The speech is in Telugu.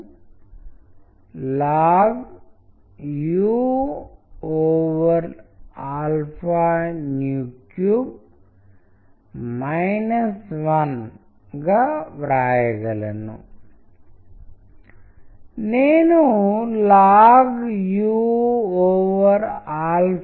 ఇక్కడ మేటఫోర్ ఆఫ్ వింగ్స్ చాలా ముఖ్యమైనది మరియు పద్యం వింగ్స్ వలె కనిపించే విధంగా రూపొందించబడింది మరియు వాస్తవానికి ఇది భిన్నంగా ఉంటుంది మీరు బిన్నంగా చూడాలి ఎందుకంటే అప్పుడే అది వింగ్స్ వలె కనిపిస్తుంది